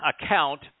account